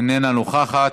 איננה נוכחת.